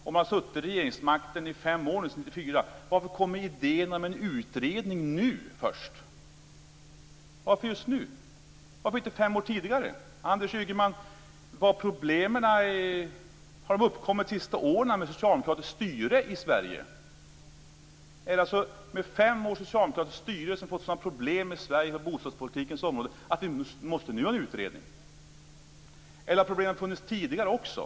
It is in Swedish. Om man har suttit vid regeringsmakten i fem år, varför kommer man med en utredning nu först? Varför just nu? Varför inte fem år tidigare? Har problemen, Anders Ygeman, uppkommit under de senaste åren med socialdemokratiskt styre i Sverige? Har vi med fem år av socialdemokratiskt styre fått sådana problem i Sverige på bostadspolitikens område att vi nu måste ha en utredning? Eller har problemen funnits tidigare också?